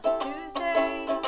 Tuesday